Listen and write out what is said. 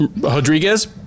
Rodriguez